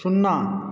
सुन्ना